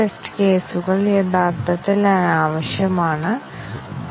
statement coverage B എന്നതിനേക്കാൾ വലുതായിരിക്കും